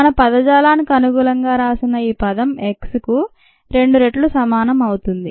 మన పదజాలానికి అనుగుణంగా రాసిన ఈ పదం x కు రెండు రెట్లు సమానం అవుతుంది